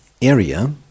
area